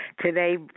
Today